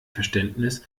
verständnis